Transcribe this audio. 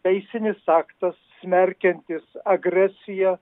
teisinis aktas smerkiantis agresiją